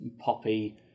poppy